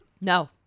No